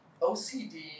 OCD